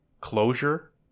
closure